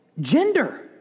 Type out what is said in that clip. gender